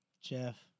Jeff